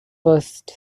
first